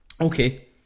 okay